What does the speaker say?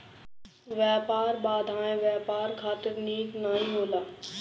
व्यापार बाधाएँ व्यापार खातिर निक नाइ होला